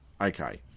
Okay